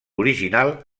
original